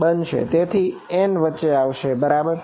તેથી n વચ્ચે આવશે બરાબર